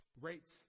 rates